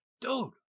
dude